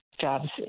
jobs